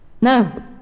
No